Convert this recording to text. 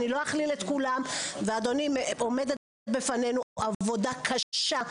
אני לא אכליל את כולן ואדוני עומדת בפנינו עבודה קשה,